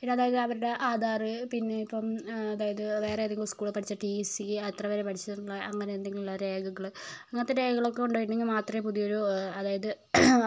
പിന്നെ അതായത് അവരുടെ ആധാറ് പിന്നെ ഇപ്പം അതായത് വേറെ ഏതെങ്കിലും സ്കൂളില് പഠിച്ച ടി സി എത്ര വരെയാണ് പഠിച്ചിട്ടുള്ളത് അങ്ങനെ എന്തെങ്കിലും ഉള്ള രേഖകള് അങ്ങനത്തെ രേഖകളൊക്കെ കൊണ്ടുപോയിട്ടുള്ളത് മാത്രമെ പുതിയൊരു അതായത്